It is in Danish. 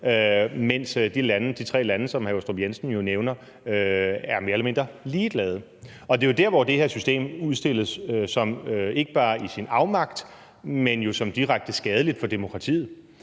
mens de tre lande, som hr. Michael Aastrup Jensen jo nævner, er mere eller mindre ligeglade. Det er jo der, hvor det her system udstilles ikke bare i sin afmagt, men jo som værende direkte skadeligt for demokratiet,